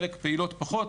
חלק פעילות פחות.